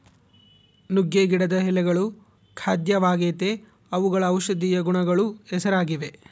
ನುಗ್ಗೆ ಗಿಡದ ಎಳೆಗಳು ಖಾದ್ಯವಾಗೆತೇ ಅವುಗಳು ಔಷದಿಯ ಗುಣಗಳಿಗೂ ಹೆಸರಾಗಿವೆ